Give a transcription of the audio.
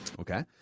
Okay